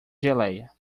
geléia